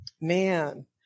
man